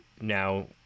now